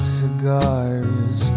cigars